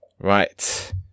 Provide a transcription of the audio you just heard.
Right